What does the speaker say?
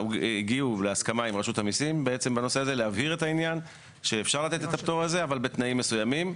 הגיעו להסכמה עם רשות המיסים בנושא ואפשר לתת את הפטור בתנאים מסוימים.